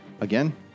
again